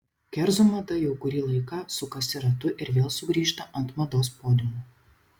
kerzų mada jau kurį laiką sukasi ratu ir vėl sugrįžta ant mados podiumų